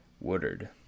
Woodard